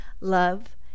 love